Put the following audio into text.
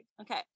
Okay